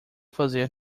fazer